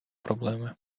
проблеми